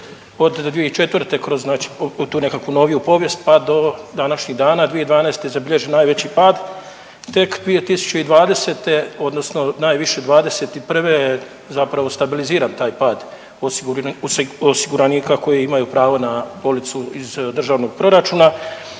2004. kroz znači tu nekakvu noviju povijest pa do današnjih dana, 2012. zabilježen je najveći pad. Tek 2020. odnosno najviše '21. je zapravo stabiliziran taj pad osiguranika koji imaju pravo na policu iz Državnog proračuna